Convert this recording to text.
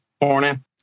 morning